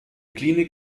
klinik